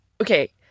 okay